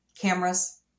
cameras